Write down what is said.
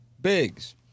Biggs